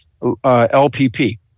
LPP